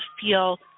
feel